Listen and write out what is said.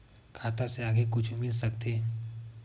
खाता से आगे कुछु मिल सकथे?